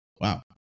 wow